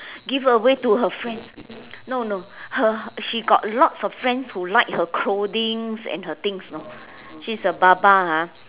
give away to her friends no no her she got lots of friends who like her clothings and her things you know she's a baba ah